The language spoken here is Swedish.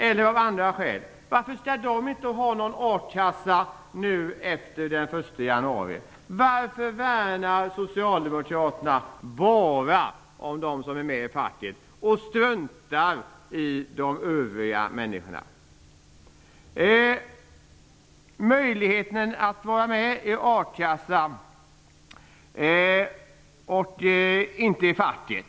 Varför skall dessa människor inte ha någon a-kassa efter den 1 januari? Varför värnar Socialdemokraterna bara om dem som är med i facket och struntar i de övriga människorna? Det finns en möjlighet att vara med i a-kassan men inte i facket.